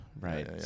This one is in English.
right